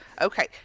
Okay